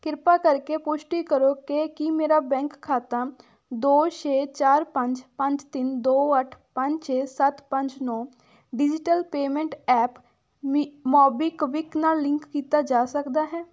ਕਿਰਪਾ ਕਰਕੇ ਪੁਸ਼ਟੀ ਕਰੋ ਕਿ ਕੀ ਮੇਰਾ ਬੈਂਕ ਖਾਤਾ ਦੋ ਛੇ ਚਾਰ ਪੰਜ ਪੰਜ ਤਿੰਨ ਦੋ ਅੱਠ ਪੰਜ ਛੇ ਸੱਤ ਪੰਜ ਨੌ ਡਿਜੀਟਲ ਪੇਮੈਂਟ ਐਪ ਮੀ ਮੋਬੀਕਵਿਕ ਨਾਲ ਲਿੰਕ ਕੀਤਾ ਜਾ ਸਕਦਾ ਹੈ